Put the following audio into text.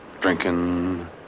drinking